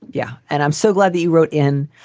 yeah. and i'm so glad that you wrote in.